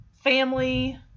family